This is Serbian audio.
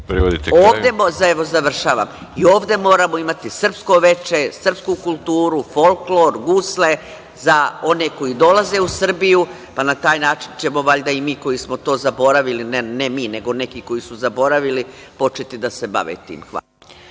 ovde moramo imati srpsko veče, srpsku kulturu, folklor, gusle za one koji dolaze u Srbiju. Pa na taj način ćemo valjda i mi koji smo to zaboravili, ne mi, nego neki koji su zaboravili, početi da se bave time. Hvala.